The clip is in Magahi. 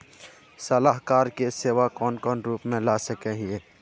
सलाहकार के सेवा कौन कौन रूप में ला सके हिये?